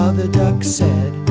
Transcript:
and duck said,